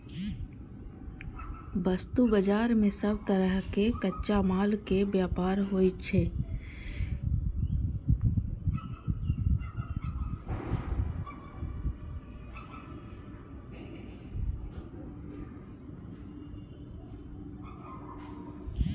वस्तु बाजार मे सब तरहक कच्चा माल के व्यापार होइ छै